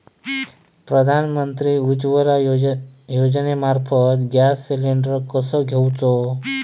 प्रधानमंत्री उज्वला योजनेमार्फत gas cylinder कसो घेऊचो?